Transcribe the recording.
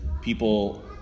people